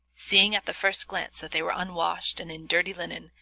seeing, at the first glance, that they were unwashed and in dirty linen,